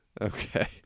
Okay